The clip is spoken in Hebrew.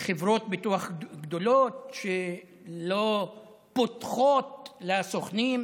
חברות ביטוח גדולות שלא "פותחות" לסוכנים,